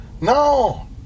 no